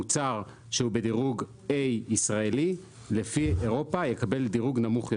מוצר שהוא בדירוג A ישראלי לפי אירופה יקבל דירוג נמוך יותר.